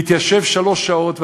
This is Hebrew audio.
התיישב שלוש שעות,